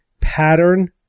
pattern